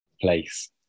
place